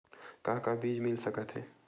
का का बीज मिल सकत हे?